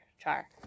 Char